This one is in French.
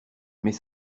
mais